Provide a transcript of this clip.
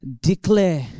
declare